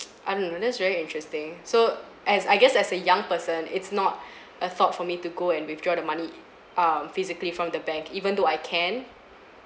I don't know that's very interesting so as I guess as a young person it's not a thought for me to go and withdraw the money i~ um physically from the bank even though I can